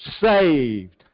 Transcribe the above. saved